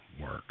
work